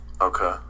Okay